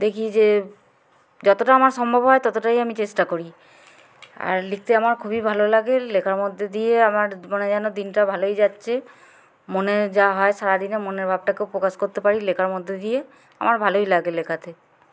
দেখি যে যতটা আমার সম্ভব হয় ততটাই আমি চেষ্টা করি আর লিখতে আমার খুবই ভালো লাগে লেখার মধ্যে দিয়ে আমার মনে হয় যেন দিনটা ভালোই যাচ্ছে মনে যা হয় সারাদিনে মনের ভাবটাকেও প্রকাশ করতে পারি লেখার মধ্যে দিয়ে আমার ভালোই লাগে লেখাতে